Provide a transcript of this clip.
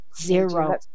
Zero